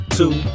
two